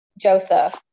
Joseph